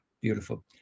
beautiful